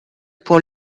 pour